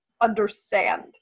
understand